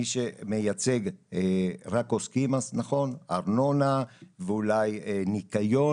מי שמייצג רק עוסקים - נכון: ארנונה ואולי ניקיון